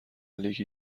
لیگ